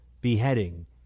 beheading